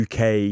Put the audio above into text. UK